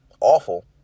Awful